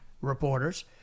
reporters